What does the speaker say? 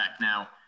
Now –